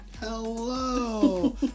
hello